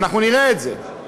אנחנו נראה את זה.